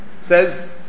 says